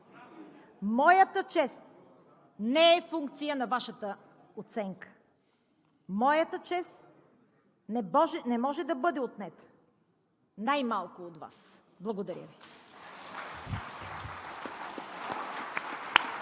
Моята чест не е функция на Вашата оценка. Моята чест не може да бъде отнета, най малко от Вас. Благодаря Ви.